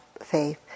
faith